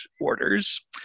orders